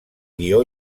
guió